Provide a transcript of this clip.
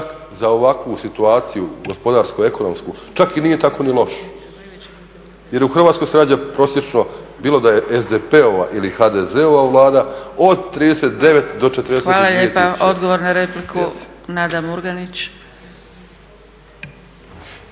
za ovakvu situaciju gospodarsko-ekonomsku čak i nije tako ni loš. Jer u Hrvatskoj se rađa prosječno bilo da je SDP-ova ili HDZ-ova Vlada od 39 do 42000 djece. **Zgrebec, Dragica (SDP)** Hvala lijepa. Odgovor na repliku Nada Murganić.